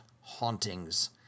hauntings